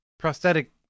Prosthetic